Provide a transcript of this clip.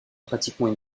pratiquement